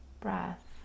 breath